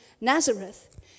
Nazareth